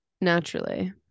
Naturally